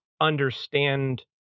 understand